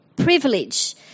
privilege